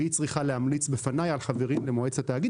והיא צריכה להמליץ בפניי על חברים למועצת התאגיד.